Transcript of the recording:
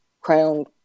crowned